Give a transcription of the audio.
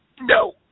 No